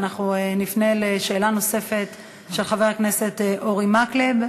ואנחנו נפנה לשאלה נוספת של חבר הכנסת אורי מקלב.